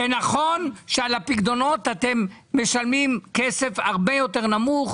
זה נכון שעל הפקדונות אתם משלמים כסף הרבה יותר נמוך,